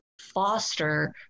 foster